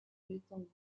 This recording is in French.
l’étendard